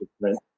print